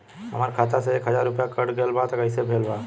हमार खाता से एक हजार रुपया कट गेल बा त कइसे भेल बा?